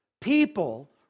people